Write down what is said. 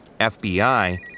FBI